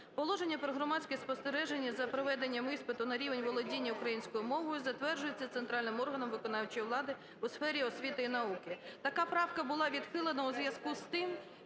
"Положення про громадське спостереження за проведенням іспиту на рівень володіння українською мовою затверджується центральним органом виконавчої влади у сфері освіти та науки". Така правка була відхилена у зв'язку з тим,